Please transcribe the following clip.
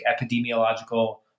epidemiological